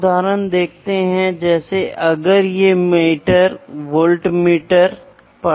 उदाहरण के लिए आप मेजरमेंट वेट के तरीके देखिए